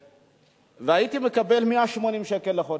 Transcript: והייתי מקבל 180 שקל לחודש.